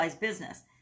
business